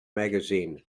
magazine